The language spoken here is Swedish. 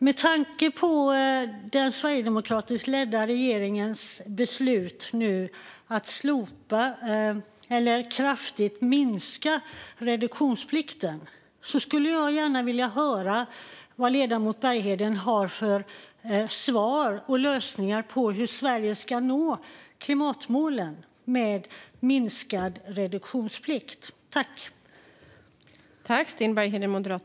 Med tanke på den sverigedemokratiskt ledda regeringens beslut att slopa eller kraftigt minska reduktionsplikten skulle jag gärna vilja höra vad ledamoten Bergheden har för svar och lösningar på hur Sverige ska nå klimatmålen med minskad reduktionsplikt.